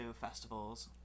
festivals